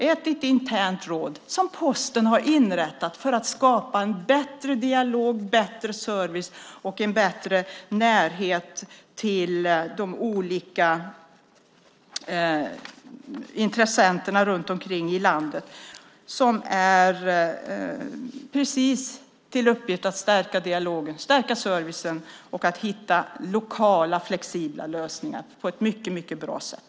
Det är ett internt råd som Posten har inrättat för att skapa en bättre dialog, bättre service och bättre närhet till de olika intressenterna runt omkring i landet. De har just till uppgift att stärka dialogen, stärka servicen och hitta lokala flexibla lösningar på ett mycket bra sätt.